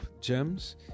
gems